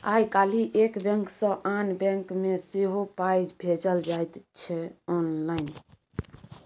आय काल्हि एक बैंक सँ आन बैंक मे सेहो पाय भेजल जाइत छै आँनलाइन